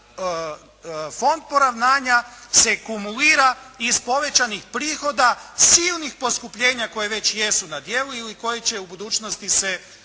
da Fond poravnanja se kumulira iz povećanih prihoda silnih poskupljenja koje već jesu na djelu ili koje će u budućnosti se